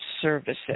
services